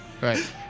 right